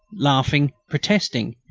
laughing, protesting,